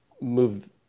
move